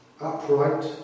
upright